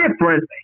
difference